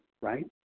right